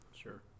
Sure